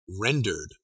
rendered